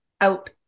Out